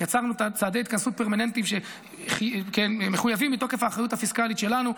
יצרנו צעדי התכנסות פרמננטיים שמחויבים מתוקף האחריות הפיסקלית שלנו.